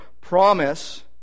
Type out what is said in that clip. promise